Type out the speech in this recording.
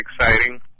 exciting